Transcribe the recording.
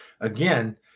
again